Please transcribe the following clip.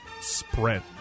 spread